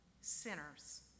sinners